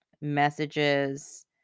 messages